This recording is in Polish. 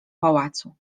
pałacu